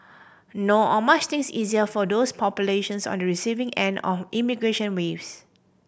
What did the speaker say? nor are much things easier for those populations on the receiving end of immigration waves